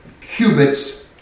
cubits